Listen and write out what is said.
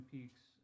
Peaks